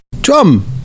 Drum